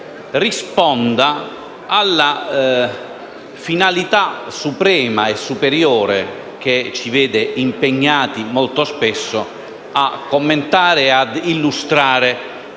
rispondesse alla finalità suprema e superiore che ci vede impegnati molto spesso a commentare e illustrare